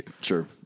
Sure